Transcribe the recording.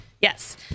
Yes